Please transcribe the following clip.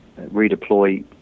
redeploy